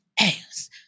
ass